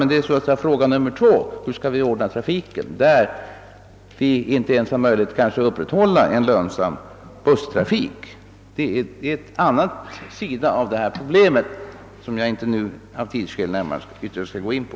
Men det är så att säga frågan nummer 2, hur vi skall ordna trafiken i orter där vi kanske inte ens har möjligheter att upprätthålla en lönsam busstrafik. Det är en annan sida av detta problem, som jag nu av tidsskäl inte närmare skall gå in på.